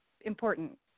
important